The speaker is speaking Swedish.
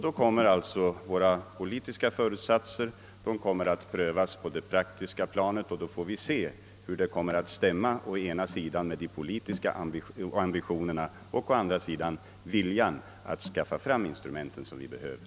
Då kommer alltså våra politiska föresatser att prövas på det praktiska planet och då får vi se hur det kommer att stämma å ena sidan med de politiska ambitionerna och å andra sidan viljan att skaffa fram de instrument som vi behöver.